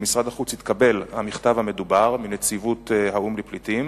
במשרד החוץ התקבל המכתב המדובר מנציבות האו"ם לפליטים,